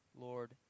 Lord